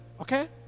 okay